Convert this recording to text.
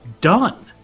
done